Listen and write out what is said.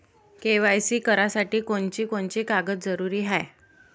KYC करासाठी कोनची कोनची कागद जरुरी हाय?